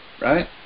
right